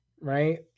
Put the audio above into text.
right